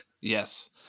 Yes